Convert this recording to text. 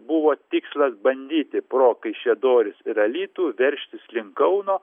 buvo tikslas bandyti pro kaišiadoris ir alytų veržtis link kauno